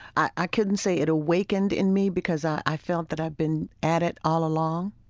i couldn't say it awakened in me because i felt that i'd been at it all along